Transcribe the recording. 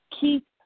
keep